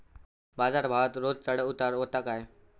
बाजार भावात रोज चढउतार व्हता काय?